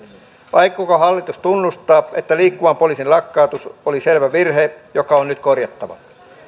aikooko hallitus tunnustaa että liikkuvan poliisin lakkautus oli selvä virhe joka on nyt korjattava